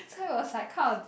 so it was like kind of